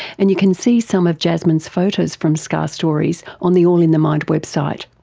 and you can see some of jasmine's photos from scar stories on the all in the mind website.